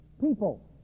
people